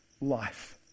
life